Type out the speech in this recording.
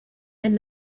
and